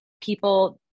people